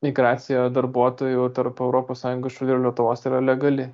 migracija darbuotojų tarp europos sąjungos šalių ir lietuvos yra legali